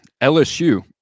LSU